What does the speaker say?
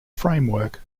framework